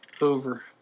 over